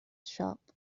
shop